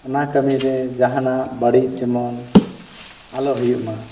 ᱚᱱᱟ ᱠᱟᱹᱢᱤᱨᱮ ᱡᱟᱦᱟᱱᱟᱜ ᱵᱟᱹᱲᱤᱡ ᱡᱮᱢᱚᱱ ᱟᱞᱚ ᱦᱩᱭᱩᱜ ᱢᱟ